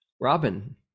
Robin